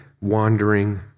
wandering